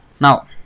Now